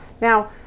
Now